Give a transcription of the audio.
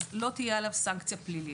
אז לא תהיה עליו סנקציה פלילית.